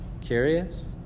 curious